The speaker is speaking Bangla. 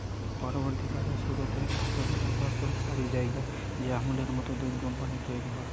পরবর্তীকালে সুরতে, ভাদোদরা, বনস্কন্থা হারি জায়গা রে আমূলের মত দুধ কম্পানী তইরি হয়